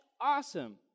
awesome